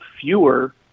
fewer